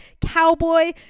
Cowboy